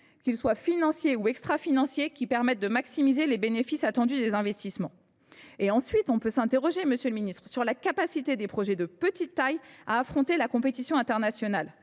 qu’il soit financier ou extrafinancier, afin de maximiser les bénéfices attendus des investissements. On peut s’interroger, monsieur le ministre, sur la capacité des porteurs de projets de petite taille à affronter la compétition internationale.